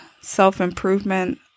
self-improvement